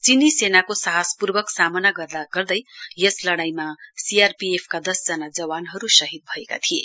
चीनी सेनाको साहसपूर्वक सामना गर्दा गर्दै यस लडाईमा सीआरपीएफका दसजना जवानहरू शहीद भएका दिए